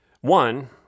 One